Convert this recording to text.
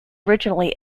originally